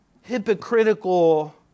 hypocritical